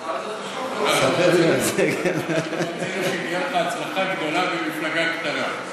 מאחלים שתהיה לך הצלחה גדולה במפלגה קטנה.